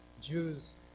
Jews